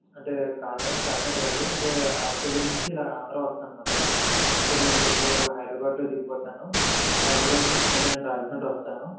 అంటే కాకినాడ అంటే కాకినాడ కాదు అంటే ఆస్ట్రేలియా నుంచి ఇలా ఆంధ్ర వస్తున్నాను అన్నమాట అంటే నేను రేపు హైద్రాబాద్లో దిగుతాను హైదరాబాద్ నుంచి నేను రాజమండ్రి వస్తాను